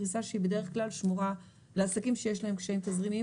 פריסה שהיא בדרך כלל שמורה לעסקים שיש להם קשיים תזרימיים.